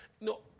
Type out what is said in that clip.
No